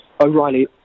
O'Reilly